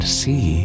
see